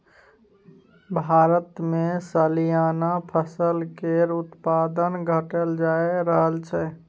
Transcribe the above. भारतमे सलियाना फसल केर उत्पादन घटले जा रहल छै